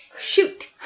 shoot